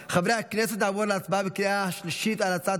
נעבור להצבעה בקריאה השלישית על הצעת